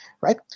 right